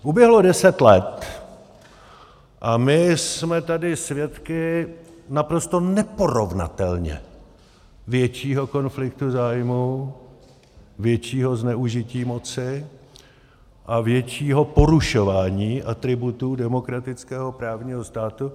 Uběhlo deset let a my jsme tady svědky naprosto neporovnatelně většího konfliktu zájmů, většího zneužití moci a většího porušování atributů demokratického právního státu.